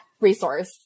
resource